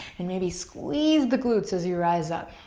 and maybe squeeze the glutes as you rise up.